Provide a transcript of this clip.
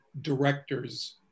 director's